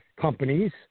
companies